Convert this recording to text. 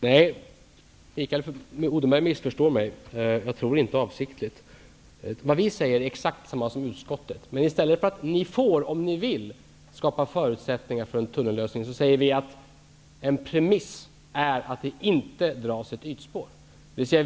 Herr talman! Mikael Odenberg missförstår mig. Jag tror inte att det är avsiktligt. Vi säger exakt samma sak som utskottet. Men i stället för att säga att om man vill så får man skapa förutsättningar för en tunnellösning, säger vi att en premiss är att det inte dras ett ytspår.